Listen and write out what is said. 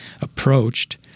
approached